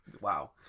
Wow